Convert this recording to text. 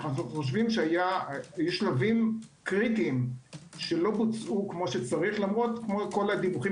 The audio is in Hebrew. אנו חושבים שהיו שלבים קריטיים שלא בוצעו כמו שצריך למרות כל הדיווחים